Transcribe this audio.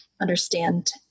understand